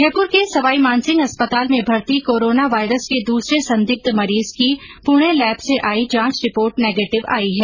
जयपुर के सवाईमानसिंह अस्पताल में भर्ती कोरोना वायरस के दूसरे संदिग्ध मरीज की पुणे लैब से आई जांच रिपोर्ट नेगेटिव आई है